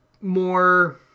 more